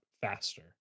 faster